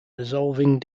resolving